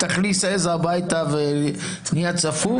תכניס עז הביתה ונהיה צפוף,